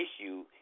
issue